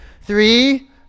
Three